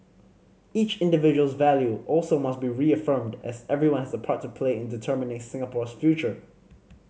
each individual's value also must be reaffirmed as everyone has a part to play in determining Singapore's future